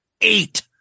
Eight